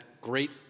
great